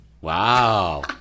Wow